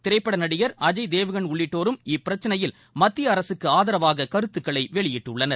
திரைப்பட நடிகர் அஜய் தேவகன் உள்ளிட்டோரும் இப்பிரச்சினையில் மத்திய அரசுக்கு ஆதரவாக கருத்துக்களை வெளியிட்டுள்ளனர்